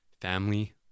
family